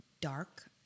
dark